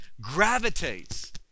gravitates